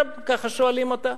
ככה שואלים אותה: